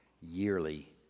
yearly